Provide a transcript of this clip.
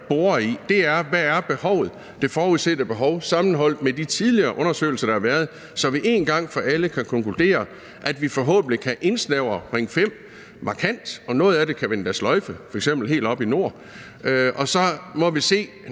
borer i, er, hvad behovet er, altså det forudsete behov, sammenholdt med de tidligere undersøgelser, der har været, så vi en gang for alle kan konkludere, at vi forhåbentlig kan indsnævre Ring 5 markant, og noget af den kan vi endda sløjfe, f.eks. helt oppe i nord. Og så må vi se